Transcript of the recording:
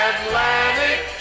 Atlantic